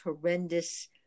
horrendous